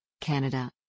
Canada